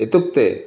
इत्युक्ते